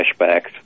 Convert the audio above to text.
flashbacks